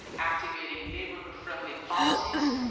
activating neighborhood friendly policies.